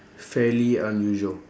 fairly unusual